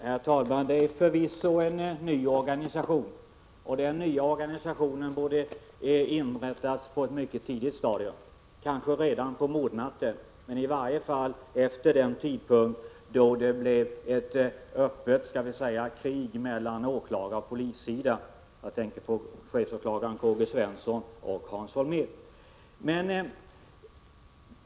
Herr talman! Det är förvisso en ny organisation. Men den nya organisationen borde ha inrättats på ett mycket tidigt stadium, kanske redan på mordnatten. I varje fall borde det ha skett efter den tidpunkt då det blev ”öppet krig” mellan åklagaroch polissidan. Jag tänker då på chefsåklagare K.G. Svensson och Hans Holmér.